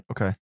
Okay